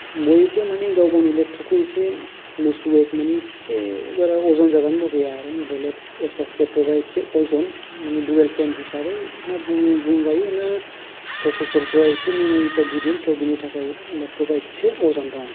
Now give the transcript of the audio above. बयबो माने गाव गावनि लेपतप खौ इसे लुज वेत माने इसे बारा अजन जाजानो लुगैया आरो बेलेग एसास लेपतप आ एसे अजन माने दुवेल फेन हिसाबै ना बुंजायो ना प्रसेसर फ्रा इसे मेमरि फ्रा गिदिर स' बेनि थाखाय लेपतप आ इसे अजन दं